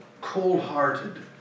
cold-hearted